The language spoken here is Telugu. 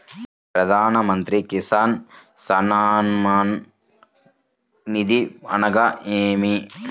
ప్రధాన మంత్రి కిసాన్ సన్మాన్ నిధి అనగా ఏమి?